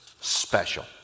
special